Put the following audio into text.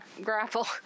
grapple